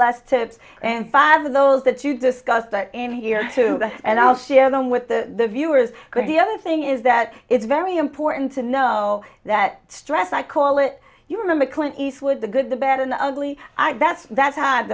last tips and five of those that you discussed in here and i'll share them with the viewers because the other thing is that it's very important to know that stress i call it you remember clint eastwood the good the bad and ugly that's that's h